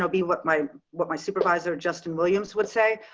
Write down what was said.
so be what my what my supervisor justin williams would say,